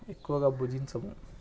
ఎక్కువగా భుజించము